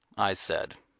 i said.